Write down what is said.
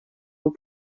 amb